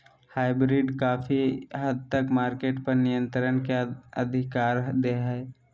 hybrid काफी हद तक मार्केट पर नियन्त्रण के अधिकार दे हय